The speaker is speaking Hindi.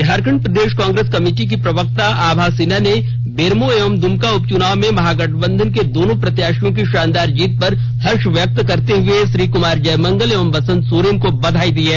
झारेखंड प्रदेश कांग्रेस कमिटी की प्रवक्ता आभा सिन्हा ने बेरमो एवं दुमका उपचुनाव में महागठबंधन दोनों प्रत्याशियों की शानदार जीत पर हर्ष व्यक्त करते हुए श्री कुमार जयमंगल एवं बसंत सोरेन बधाई दी है